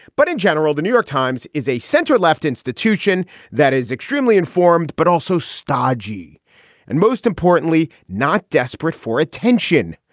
but in general, the new york times is a center left institution that is extremely informed, but also stodgy and most importantly, not desperate for attention.